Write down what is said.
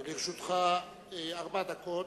לרשותך ארבע דקות.